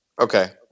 Okay